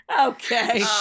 Okay